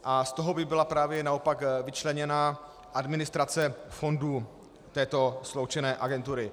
A z toho by byla právě naopak vyčleněna administrace fondu této sloučené agentury.